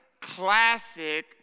classic